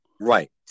Right